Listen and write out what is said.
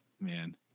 Man